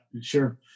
sure